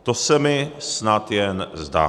To se mi snad jen zdá?